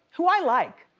who i like,